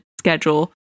schedule